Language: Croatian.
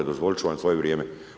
Dozvolit ću vam svoje vrijeme.